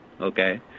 Okay